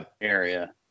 area